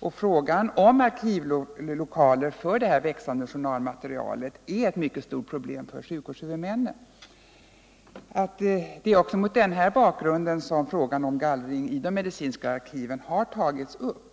Att få arkivlokaler för detta växande journalmaterial är ett mycket stort problem för sjukvårdens huvudmän. Det är också mot denna bakgrund som frågan om gallring i de medcinska arkiven har tagits upp.